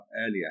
earlier